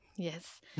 Yes